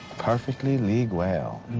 perfectly leg-well.